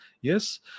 yes